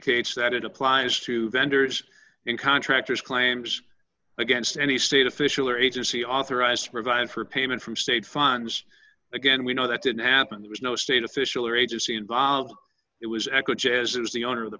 that it applies to vendors and contractors claims against any state official or agency authorized to provide for payment from state funds again we know that didn't happen there was no state official or agency involved it was eco jazz it was the owner of the